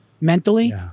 mentally